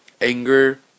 anger